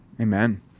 Amen